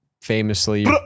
famously